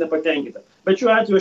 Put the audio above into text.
nepatenkinta bet šiuo atveju aš